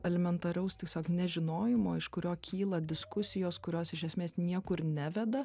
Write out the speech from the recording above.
elementariaus tiesiog nežinojimo iš kurio kyla diskusijos kurios iš esmės niekur neveda